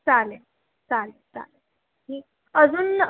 चालेल चालेल चालेल ठीक अजून